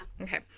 Okay